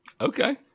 Okay